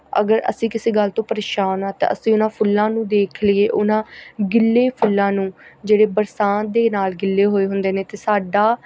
ਅਗਰ ਅਸੀਂ ਕਿਸੇ ਗੱਲ ਤੋਂ ਪਰੇਸ਼ਾਨ ਹਾਂ ਤਾਂ ਅਸੀਂ ਉਹਨਾਂ ਫੁੱਲਾਂ ਨੂੰ ਦੇਖ ਲਈਏ ਉਹਨਾਂ ਗਿੱਲੇ ਫੁੱਲਾਂ ਨੂੰ ਜਿਹੜੇ ਬਰਸਾਤ ਦੇ ਨਾਲ ਗਿੱਲੇ ਹੋਏ ਹੁੰਦੇ ਨੇ ਅਤੇ ਸਾਡਾ